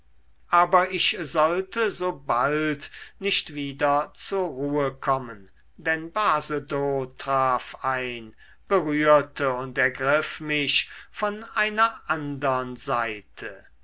aber ich sollte sobald nicht wieder zur ruhe kommen denn basedow traf ein berührte und ergriff mich von einer andern seite